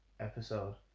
episode